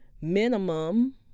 minimum